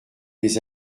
mes